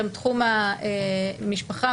הם התחומים: משפחה,